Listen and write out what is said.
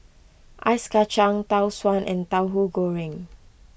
Ice Kacang Tau Suan and Tauhu Goreng